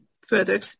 further